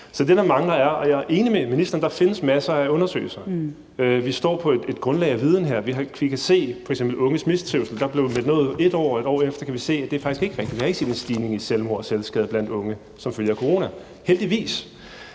var det, vi blev enige om. Jeg er enig med ministeren i, at der findes masser af undersøgelser. Vi står på et grundlag af viden her. Vi kan se, f.eks. hvad angår unges mistrivsel, at der blev meldt noget ud ét år, og et år efter kan vi se, at det faktisk ikke var rigtigt. Vi har ikke set en stigning i antallet af selvmord og omfanget af selvskade blandt unge som følge af corona, heldigvis.